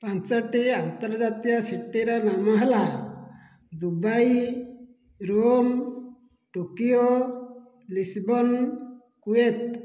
ପାଞ୍ଚୋଟି ଆର୍ନ୍ତଜାତୀୟ ସିଟିର ନାମ ହେଲା Dubai Rome Tokyo Lisbon Kuwait